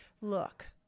look